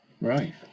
Right